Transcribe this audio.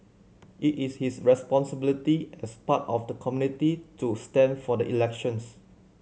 it is his responsibility as part of the community to stand for the elections